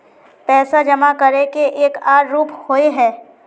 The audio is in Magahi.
पैसा जमा करे के एक आर रूप होय है?